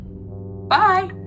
Bye